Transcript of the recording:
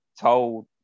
told